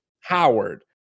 Howard